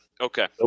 Okay